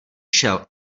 šel